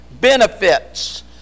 benefits